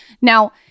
Now